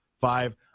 five